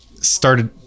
started